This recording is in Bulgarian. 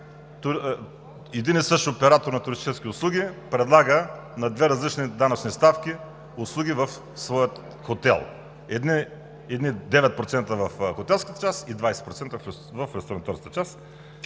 един и същ оператор на туристически услуги предлага на две различни данъчни ставки услуги в своя хотел – едни 9% в хотелската част, и 20% в ресторантьорската част.